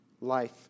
life